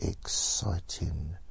exciting